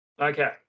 Okay